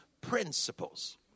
principles